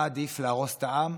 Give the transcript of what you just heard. מה עדיף, להרוס את העם?